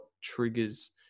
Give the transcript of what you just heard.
triggers